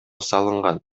салынган